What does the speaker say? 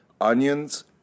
onions